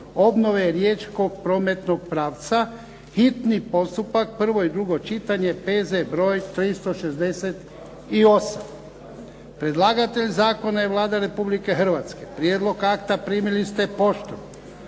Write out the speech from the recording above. prijedlogom zakona hitni postupak, prvo i drugo čitanje, P.Z.E. broj 368 Predlagatelj zakona je Vlada Republike Hrvatske. Prijedlog akta primili ste poštom.